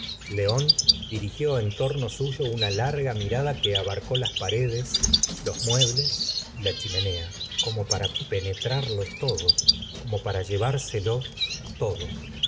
león dirigió en torno suyo una larga mirada que abarcó las paredes los muebles y la chimenea como para penetrarlo todo como para llevárselo todo